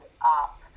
up